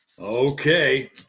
Okay